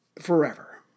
forever